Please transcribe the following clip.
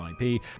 IP